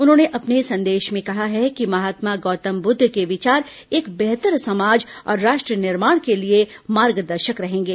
उन्होंने अपने संदेश में कहा है कि महात्मा गौतम बुद्ध के विचार एक बेहतर समाज और राष्ट्र निर्माण के लिए मार्गदर्शक रहेंगे